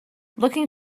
looking